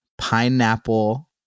pineapple